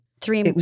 three